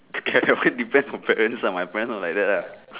get to which depends on parents lah my parents not like that lah